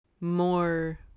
more